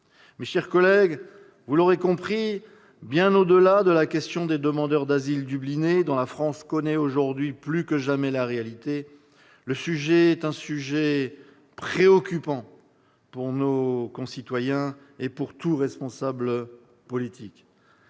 Mes chers collègues, vous l'aurez compris, bien au-delà de la question des demandeurs asile « dublinés », dont la France connaît aujourd'hui plus que jamais la réalité, ce sujet est préoccupant pour nos concitoyens et pour tout responsable politique.